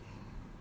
it's quite late